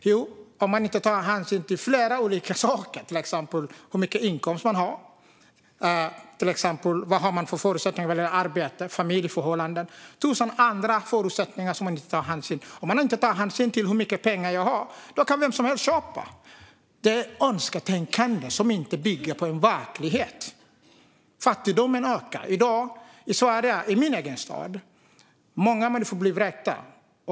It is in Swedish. Ja, om man inte tar hänsyn till vilken inkomst människor har, vad de har för förutsättningar att välja arbete, vilka familjeförhållanden de har och tusen andra förutsättningar. Om man inte tar hänsyn till hur mycket pengar människor har kan vem som helst köpa en bostad. Det är önsketänkande som inte bygger på en verklighet. Fattigdomen ökar i dag i Sverige, även i min egen stad. Många människor blir vräkta.